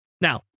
Now